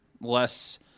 less